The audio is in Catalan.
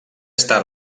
està